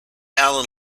allen